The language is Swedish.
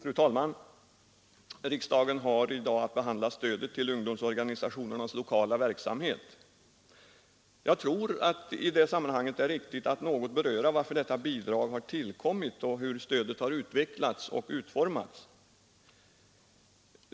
Fru talman! Riksdagen har i dag att behandla stödet till ungdomsorganisationernas lokala verksamhet. Jag tror att det i sammanhanget är riktigt att något beröra varför detta bidrag har tillkommit och hur stödet har utvecklats och utformats.